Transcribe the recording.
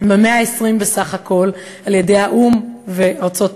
במאה ה-20 בסך הכול, על-ידי האו"ם וארצות-הברית,